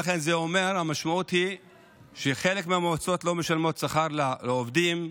ולכן המשמעות היא שחלק מהמועצות לא משלמות שכר לעובדים,